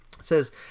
says